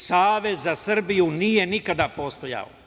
Savez za Srbiju nije nikada postojao.